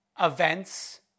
events